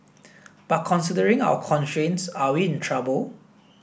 but considering our constraints are we in trouble